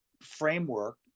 framework